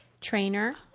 trainer